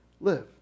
live